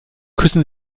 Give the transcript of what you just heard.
küssen